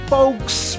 Folk's